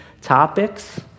topics